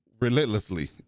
relentlessly